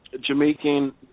Jamaican